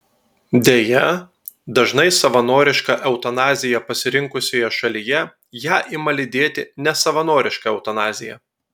deja dažnai savanorišką eutanaziją pasirinkusioje šalyje ją ima lydėti nesavanoriška eutanazija